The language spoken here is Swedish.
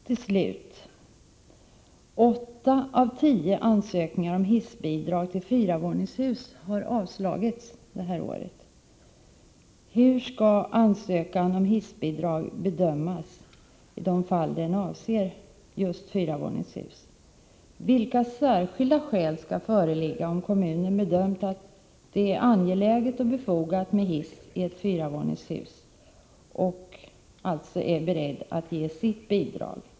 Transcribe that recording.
Till slut: Åtta av tio ansökningar om hissbidrag till fyravåningshus har avslagits detta år. Hur skall ansökan om hissbidrag bedömas i de fall den avser just fyravåningshus? Vilka särskilda skäl skall föreligga om kommunen har bedömt att det är angeläget och befogat med hiss i ett fyravåningshus och alltså är beredd att ge sitt bidrag?